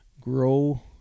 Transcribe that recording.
grow